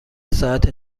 ساعت